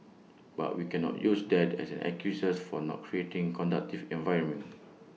but we cannot use that as an excuse for not creating conducive environment